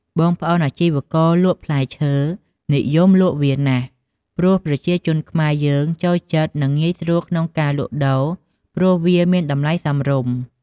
បងប្អូនអាជីវករលក់ផ្លែឈើនិយមលក់វាណាស់ ព្រោះប្រជាជនខ្មែរយើងចូលចិត្ត និងងាយស្រួលក្នុងការលក់ដូរព្រោះវាមានតម្លៃសមរម្យ។